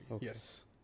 Yes